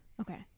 Okay